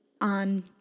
on